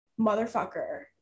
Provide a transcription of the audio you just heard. motherfucker